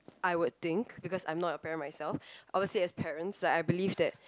I would think because I'm not a parent myself obviously as parents like I believe that